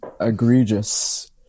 egregious